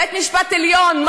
בית-משפט עליון,